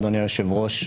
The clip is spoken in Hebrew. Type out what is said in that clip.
אדוני היושב-ראש,